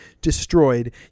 destroyed